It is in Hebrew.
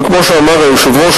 וכמו שאמר היושב-ראש,